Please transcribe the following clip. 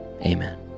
amen